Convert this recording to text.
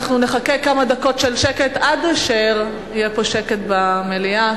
אנחנו נחכה כמה דקות עד אשר יהיה שקט במליאה,